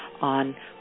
on